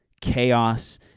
chaos